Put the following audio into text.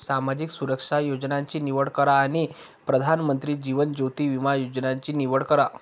सामाजिक सुरक्षा योजनांची निवड करा आणि प्रधानमंत्री जीवन ज्योति विमा योजनेची निवड करा